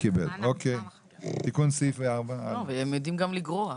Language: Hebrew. הם יודעים גם לגרוע.